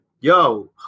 Yo